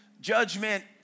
judgment